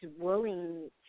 willing